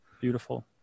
Beautiful